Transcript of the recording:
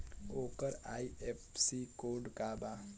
ओकर IFSC code का बा?